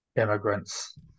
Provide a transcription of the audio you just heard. immigrants